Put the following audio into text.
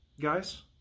guys